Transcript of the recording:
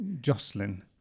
Jocelyn